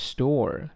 ，Store